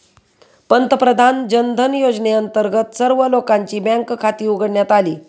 पंतप्रधान जनधन योजनेअंतर्गत सर्व लोकांची बँक खाती उघडण्यात आली